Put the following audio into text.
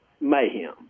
mayhem